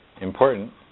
important